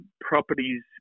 properties